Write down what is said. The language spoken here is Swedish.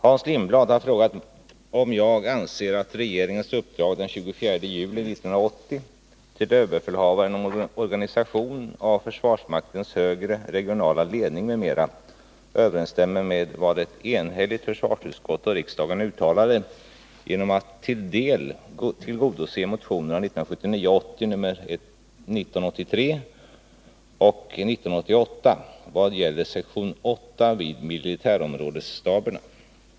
Hans Lindblad har frågat om jag anser att regeringens uppdrag den 24 juli 1980 till överbefälhavaren om organisation av försvarsmaktens högre regionala ledning m.m. överensstämmer med vad ett enhälligt försvarsutskott och riksdagen uttalade genom att till en del tillgodose motionerna 1979/80 nr 1983 och nr 1988 vad gäller sektion 8 vid militärområdesstaberna.